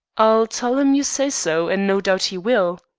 i'll tell him you say so, and no doubt he will